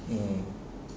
mm